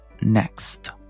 next